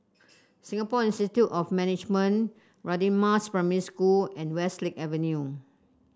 Singapore Institute of Management Radin Mas Primary School and Westlake Avenue